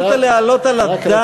איך יכולת להעלות על הדעת?